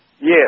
Yes